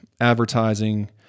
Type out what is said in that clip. advertising